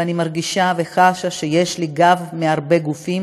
ואני מרגישה וחשה שיש לי גב מהרבה גופים